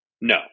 No